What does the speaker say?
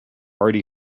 already